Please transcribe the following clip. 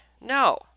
No